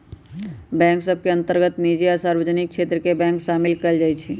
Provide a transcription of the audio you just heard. bank सभ के अंतर्गत निजी आ सार्वजनिक क्षेत्र के बैंक सामिल कयल जाइ छइ